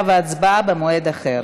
בראש ובראשונה זו בושה וחרפה לכנסת ישראל